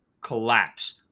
collapse